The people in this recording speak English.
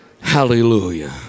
Hallelujah